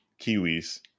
Kiwis